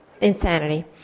insanity